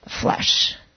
flesh